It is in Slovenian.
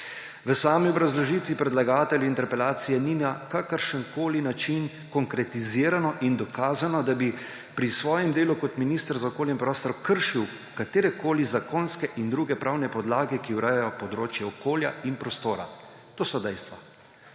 V sami obrazložitvi predlagateljev interpelacije ni na kakršenkoli način konkretizirano in dokazano, da bi pri svojem delu kot minister za okolje in prostor kršil katerekoli zakonske in druge pravne podlage, ki urejajo področje okolja in prostora. To so dejstva,